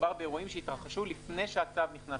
מדובר באירועים שהתרחשו לפני שהצו נכנס לתוקף.